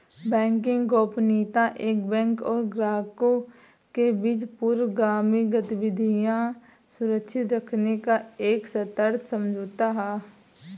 banking गोपनीयता एक bank और ग्राहकों के बीच पूर्वगामी गतिविधियां सुरक्षित रखने का एक सशर्त समझौता है